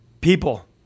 people